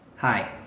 Hi